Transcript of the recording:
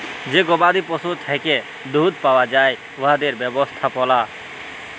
যে গবাদি পশুর থ্যাকে দুহুদ পাউয়া যায় উয়াদের ব্যবস্থাপলা